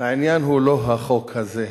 העניין הוא לא החוק הזה.